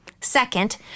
Second